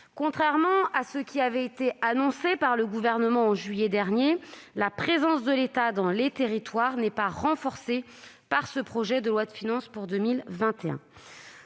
Contrairement à ce qui avait été annoncé par le Gouvernement en juillet dernier, la présence de l'État dans les territoires n'est pas renforcée par ce projet de loi de finances pour 2021.